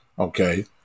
Okay